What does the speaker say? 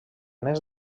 més